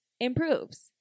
improves